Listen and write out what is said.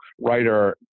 writer